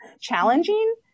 challenging